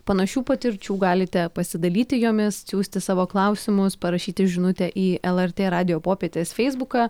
panašių patirčių galite pasidalyti jomis siųsti savo klausimus parašyti žinutę į lrt radijo popietės feisbuką